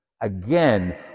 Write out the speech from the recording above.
Again